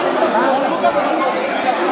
הרסתם את הכנסת.